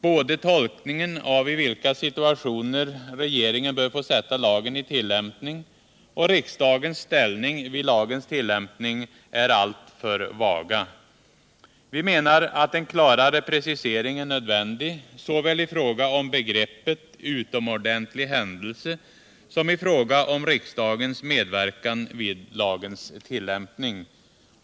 Både tolkningen av i vilka situationer regeringen bör få sätta lagen i tillämpning och riksdagens ställning vid lagens tillämpning är alltför vaga. Vi menar att en klarare precisering är nödvändig såväl i fråga om begreppet ”annan utomordentlig händelse” som i fråga om riksdagens medverkan vid lagens tillämpning.